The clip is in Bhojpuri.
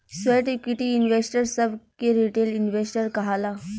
स्वेट इक्विटी इन्वेस्टर सभ के रिटेल इन्वेस्टर कहाला